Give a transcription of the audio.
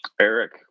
Eric